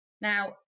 Now